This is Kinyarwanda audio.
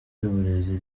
ry’uburezi